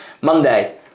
Monday